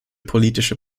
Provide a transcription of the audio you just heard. politische